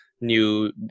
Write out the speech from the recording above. new